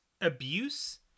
abuse